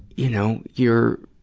you know, you're,